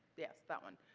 yeah, that one.